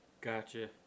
gotcha